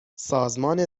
سازمان